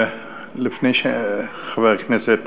לפני שחבר הכנסת